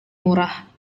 murah